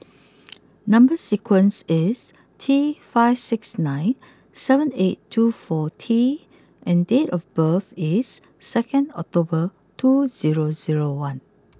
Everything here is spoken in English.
number sequence is T five six nine seven eight two four T and date of birth is second October two zero zero one